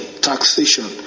taxation